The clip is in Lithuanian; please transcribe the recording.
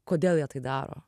kodėl jie tai daro